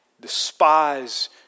despise